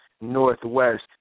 Northwest